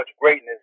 greatness